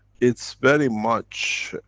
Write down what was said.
it's very much,